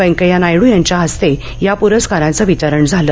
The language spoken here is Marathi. वेंकय्या नायडू यांच्या हस्ते या प्रस्काराचं वितरण झालं